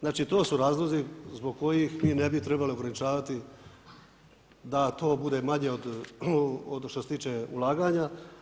Znači to su razlozi zbog kojih mi ne bi trebali ograničavati da to bude manje što se tiče ulaganja.